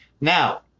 now